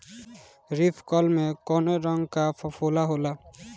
Leaf curl में कौने रंग का फफोला होला?